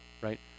right